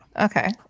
Okay